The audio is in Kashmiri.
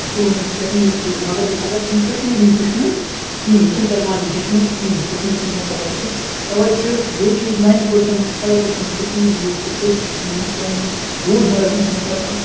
سکوٗلو منٛز چھِ ہیٚچھان اِنٛگلِش تہِ مگر اگر أمۍ کَشمیٖری ہیٚوچھ نہٕ کِہیٖنٛۍ یہِ چھُنہٕ پَتہٕ تیٚلہِ یِوان ہیٚچھنہٕ کِہیٖنٛۍ کَشمیٖری چھُنہٕ ہیٚکان پَتہٕ ہیٚچھِتھ تَوے چھُ بیٚیہِ چھُ یُس ninety percent five percent Kashmiri لوٗکھ چھِ أسۍ چھِ سٲری مان ژٕ پانوٕنۍ روزمَرٕ زِنٛدگی مَنٛز کَرا